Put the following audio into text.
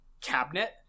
cabinet